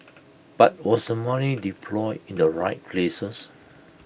but was the money deployed in the right places